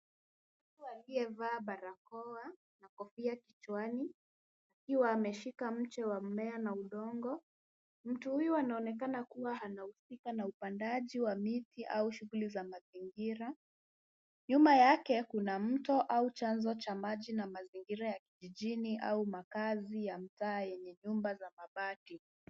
Mtu aliyevaa barakoa na kofia kichwani akiwa ameshika mche wa mmea na udongo. Mtu huyu anaonekana kuwa anahusika na upandaji wa miti au shughuli za mazingira. Nyuma yake kuna mto au chanzo cha maji na mazingira ya kijijini au makazi ya mtaa yenye nyumba za mabati.